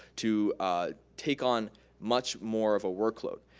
to ah take on much more of a workload.